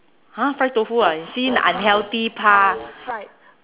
!huh! fried tofu ah see unhealthy pa